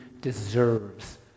deserves